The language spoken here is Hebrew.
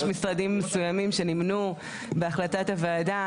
משרדים מסוימים שנמנו בהחלטת הוועדה,